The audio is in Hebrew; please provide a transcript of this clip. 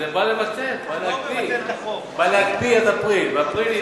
בא להקפיא עד אפריל.